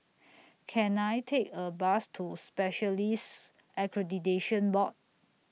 Can I Take A Bus to Specialists Accreditation Board